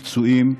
פצועים,